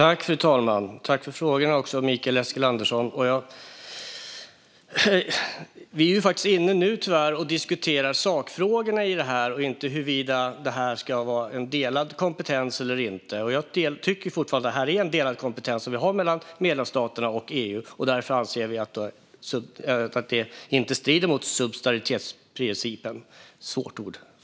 Fru talman! Tack för frågorna, Mikael Eskilandersson! Nu är vi tyvärr inne och diskuterar sakfrågorna och inte huruvida detta ska vara en delad kompetens eller inte. Jag tycker fortfarande att detta är en delad kompetens som vi har mellan medlemsstaterna och EU, och därför anser jag att det inte strider mot subsidiaritetsprincipen.